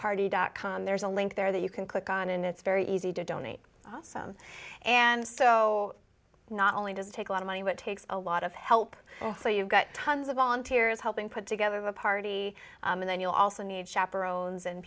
party dot com there's a link there that you can click on and it's very easy to donate and so not only does it take a lot of money and it takes a lot of help so you've got tons of volunteers helping put together a party and then you also need chaperones and